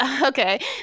okay